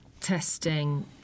testing